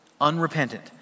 Unrepentant